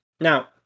Now